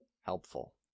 Helpful